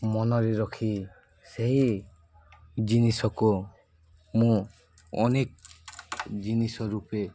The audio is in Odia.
ମନରେ ରଖି ସେହି ଜିନିଷକୁ ମୁଁ ଅନେକ ଜିନିଷ ରୂପେ